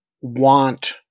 want